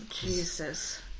Jesus